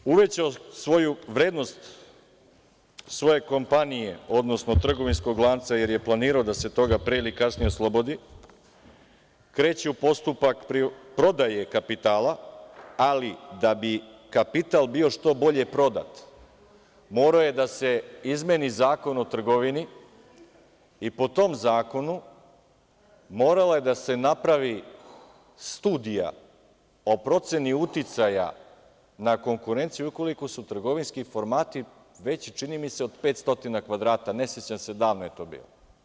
Da bi uvećao svoju vrednost, svoje kompanije, odnosno trgovinskog lanca jer je planirao da se toga pre ili kasnije oslobodi, kreće u postupak prodaje kapitala, ali da bi kapital bio što bolje prodat morao je da se izmeni Zakon o trgovini i po tom zakonu morala je da se napravi studija o proceni uticaja na konkurenciju ukoliko su trgovinski formati veći, čini mi se, od 500 kvadrata, ne sećam se, davno je to bilo.